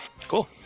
Cool